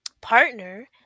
partner